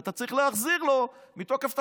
ואתה צריך להחזיר לו מתוקף תפקידך.